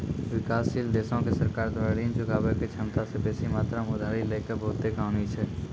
विकासशील देशो के सरकार द्वारा ऋण चुकाबै के क्षमता से बेसी मात्रा मे उधारी लै के बहुते कहानी छै